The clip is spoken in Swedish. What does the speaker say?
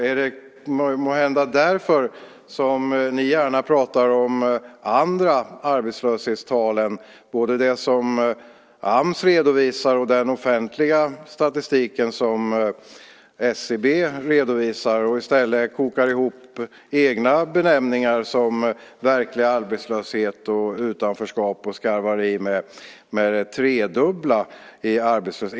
Är det måhända därför ni gärna pratar om andra arbetslöshetstal än både det som Ams redovisar och den offentliga statistik som SCB redovisar och i stället kokar ihop egna benämningar som verklig arbetslöshet och utanförskap och skarvar i med det tredubbla i arbetslöshet?